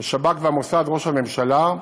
ושב"כ והמוסד, ראש הממשלה,